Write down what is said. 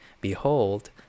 behold